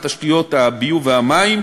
הקמת תשתיות הביוב והמים,